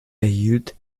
erhielt